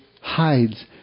hides